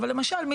אבל למשל,